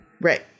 Right